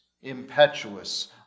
impetuous